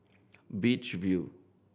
Beach View